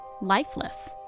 Lifeless